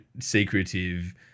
secretive